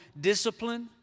discipline